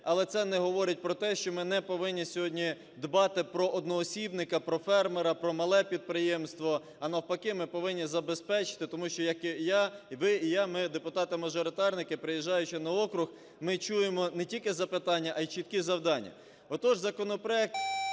Але це не говорить про те, що ми не повинні сьогодні дбати про одноосібника, про фермера, про мале підприємство, а, навпаки, ми повинні забезпечити. Тому що, як і я, і ви, і я, ми, депутати-мажоритарники, приїжджаючи на округ, ми чуємо не тільки запитання, а і чіткі завдання. Отож, законопроект